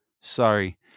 sorry